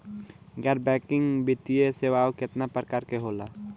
गैर बैंकिंग वित्तीय सेवाओं केतना प्रकार के होला?